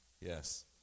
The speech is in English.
Yes